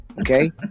Okay